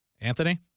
Anthony